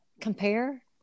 compare